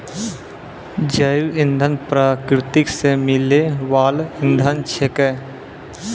जैव इंधन प्रकृति सॅ मिलै वाल इंधन छेकै